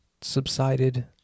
subsided